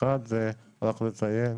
זה הביטוח בריאות.